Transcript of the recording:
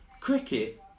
cricket